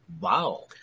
Wow